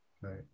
right